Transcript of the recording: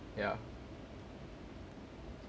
ya